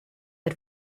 der